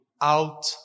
out